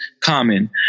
common